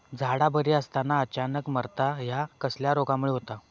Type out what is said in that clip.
झाडा बरी असताना अचानक मरता हया कसल्या रोगामुळे होता?